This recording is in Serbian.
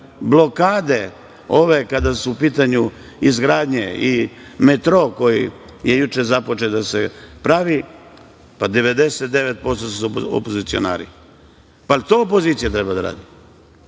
rešenje itd. Kada su u pitanju blokade, metro koji je juče započet da se pravi, pa 99% su opozicionari. Jel to opozicija treba da radi?